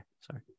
sorry